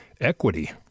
equity